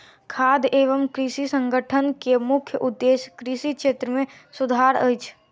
खाद्य एवं कृषि संगठन के मुख्य उदेश्य कृषि क्षेत्र मे सुधार अछि